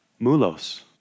mulos